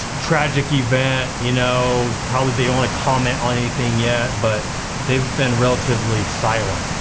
tragic event. you know probably they don't want to comment on anything yet, but they've been relatively silent,